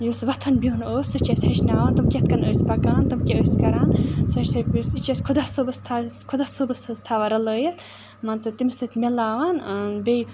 یُس وَتھُن بِہُن اوس سُہ چھِ اَسہِ ہیٚچھناوان تِم کِتھ کٔنۍ ٲسۍ پَکان تِم کیٛاہ ٲسۍ کَران سۄ چھِ یہِ چھِ اَسہِ خۄدا صٲبَس تھوِ خۄدا صٲبَس حظ تھَوان رَلٲیِتھ مان ژٕ تٔمِس سۭتۍ مِلاوان بیٚیہِ